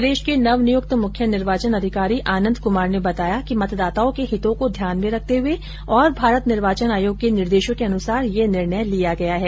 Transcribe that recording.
प्रदेश में नव नियुक्त मुख्य निर्वाचन अधिकारी आनंद कुमार ने बताया कि मतदाताओं के हितों को ध्यान में रखते हुए और भारत निर्वाचन आयोग के निर्देशों के अनुसार यह निर्णय लिया गया है